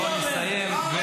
בוא נסיים.